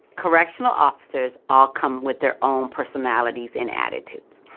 correctional officers all come with their own personalities and attitudes,